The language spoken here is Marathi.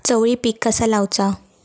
चवळी पीक कसा लावचा?